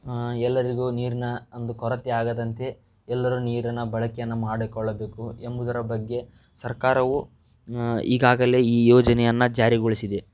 ಎಲ್ಲರಿಗೂ ನೀರಿನ ಒಂದು ಕೊರತೆಯಾಗದಂತೆ ಎಲ್ಲರೂ ನೀರಿನ ಬಳಕೆಯನ್ನ ಮಾಡಿಕೊಳ್ಳಬೇಕು ಎಂಬುದರ ಬಗ್ಗೆ ಸರ್ಕಾರವು ಈಗಾಗಲೇ ಈ ಯೋಜನೆಯನ್ನು ಜಾರಿಗೊಳಿಸಿದೆ